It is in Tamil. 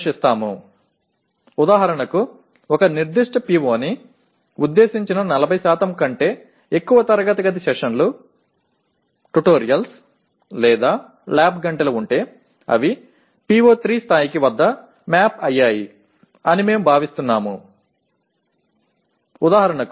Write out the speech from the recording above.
எடுத்துக்காட்டாக ஒரு குறிப்பிட்ட POவை விரிவுபடுத்தும் வகுப்பறை அமர்வுகள் பயிற்சிகள் அல்லது ஆய்வக நேரங்கள் 40 க்கும் அதிகமானதாக இருந்தால் PO 3 மட்டத்தில் விரிவுபடுத்தப்படுவதாக நாங்கள் கருதுகிறோம்